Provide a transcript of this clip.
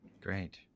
Great